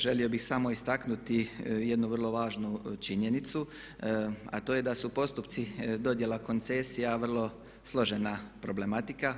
Želio bih samo istaknuti jednu vrlo važnu činjenicu a to je da su postupci dodjela koncesija vrlo složena problematika.